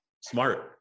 Smart